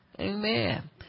Amen